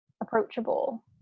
approachable